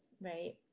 right